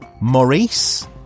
Maurice